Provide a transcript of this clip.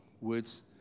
Words